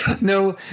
No